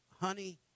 Honey